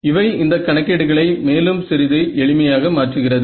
இவை இந்த கணக்கீடுகளை மேலும் சிறிது எளிமையாக மாற்றுகிறது